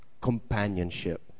companionship